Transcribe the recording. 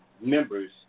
members